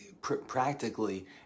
practically